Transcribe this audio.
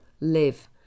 live